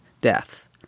death